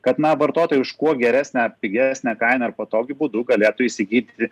kad na vartotojai už kuo geresnę pigesnę kainą ir patogiu būdu galėtų įsigyti